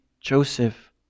Joseph